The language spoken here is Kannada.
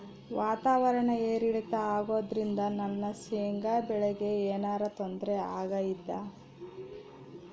ವಾತಾವರಣ ಏರಿಳಿತ ಅಗೋದ್ರಿಂದ ನನ್ನ ಶೇಂಗಾ ಬೆಳೆಗೆ ಏನರ ತೊಂದ್ರೆ ಆಗ್ತೈತಾ?